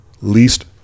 least